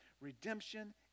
Redemption